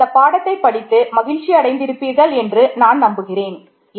நீங்கள் இந்த பாடத்தை படித்து மகிழ்ச்சி அடைந்து இருப்பீர்கள் என்று நான் நம்புகிறேன்